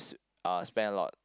s~ uh spend a lot